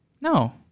No